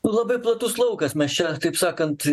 labai platus laukas mes čia kaip sakant